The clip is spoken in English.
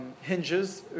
hinges